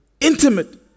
intimate